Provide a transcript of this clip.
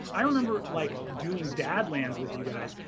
i remember like doing dadlands with you guys,